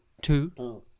two